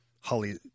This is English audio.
Holly